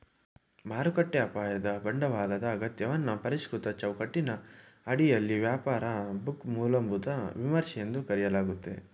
ಮಾರುಕಟ್ಟೆ ಅಪಾಯದ ಬಂಡವಾಳದ ಅಗತ್ಯವನ್ನ ಪರಿಷ್ಕೃತ ಚೌಕಟ್ಟಿನ ಅಡಿಯಲ್ಲಿ ವ್ಯಾಪಾರ ಬುಕ್ ಮೂಲಭೂತ ವಿಮರ್ಶೆ ಎಂದು ಕರೆಯಲಾಗುತ್ತೆ